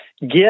Get